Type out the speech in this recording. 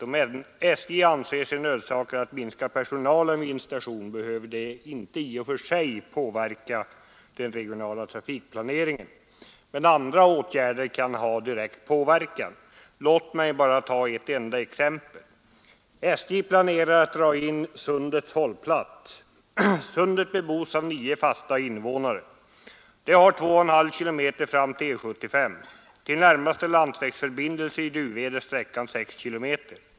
Om man på SJ anser sig nödsakad att minska personalen vid en station behöver det inte i och för sig påverka den regionala trafikplaneringen, men andra åtgärder kan ha en direkt påverkan. Låt mig ta ett enda exempel. SJ planerar att dra in Sundets hållplats. Sundet bebos av nio fasta invånare. De har 21/2 km fram till E 75. Till närmaste landsvägsförbindelse i Duved är sträckan 6 km.